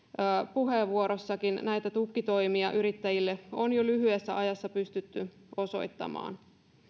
puheenvuorossa näitä tukitoimia yrittäjille on jo lyhyessä ajassa pystytty osoittamaan